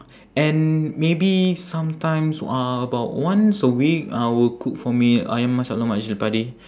and maybe sometimes uh about once a week uh will cook for me ayam masak lemak cili padi